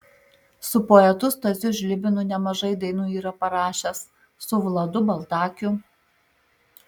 su poetu stasiu žlibinu nemažai dainų yra parašęs su vladu baltakiu